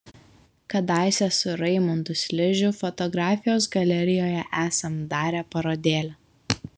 kadaise su raimundu sližiu fotografijos galerijoje esam darę parodėlę